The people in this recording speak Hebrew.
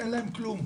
אין להם כלום.